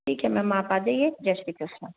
ठीक है मैम आप आ जाइए जय श्री कृष्ण